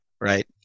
right